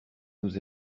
nous